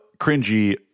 cringy